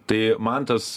tai man tas